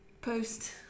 Post